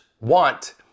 want